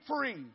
free